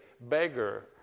beggar